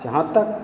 जहाँ तक